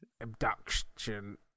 abduction